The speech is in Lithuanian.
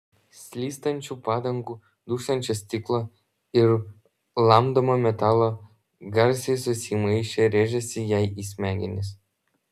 slystančių padangų dūžtančio stiklo ir lamdomo metalo garsai susimaišę rėžėsi jai į smegenis